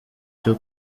cyo